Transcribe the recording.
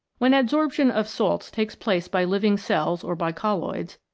when adsorption of salts takes place by living cells or by colloids,